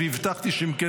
והבטחתי שאם כן,